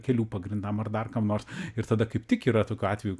kelių pagrindam ar dar kam nors ir tada kaip tik yra tokių atvejų